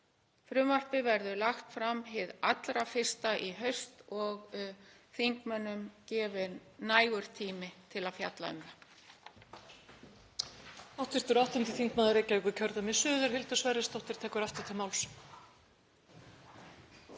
Frumvarpið verður lagt fram hið allra fyrsta í haust og þingmönnum gefinn nægur tími til að fjalla um það.